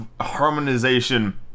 harmonization